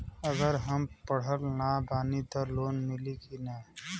अगर हम पढ़ल ना बानी त लोन मिली कि ना?